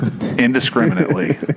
indiscriminately